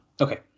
Okay